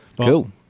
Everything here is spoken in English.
Cool